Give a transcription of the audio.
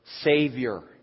Savior